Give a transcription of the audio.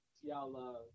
Y'all